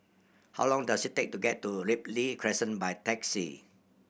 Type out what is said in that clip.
how long does it take to get to Ripley Crescent by taxi